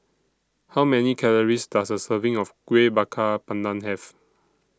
How Many Calories Does A Serving of Kuih Bakar Pandan Have